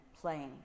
playing